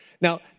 now